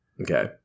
okay